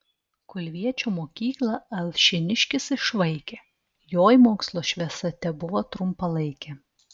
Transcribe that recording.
kulviečio mokyklą alšėniškis išvaikė joj mokslo šviesa tebuvo trumpalaikė